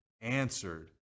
answered